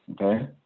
Okay